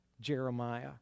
Jeremiah